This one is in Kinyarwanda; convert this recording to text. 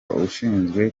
ushinzwe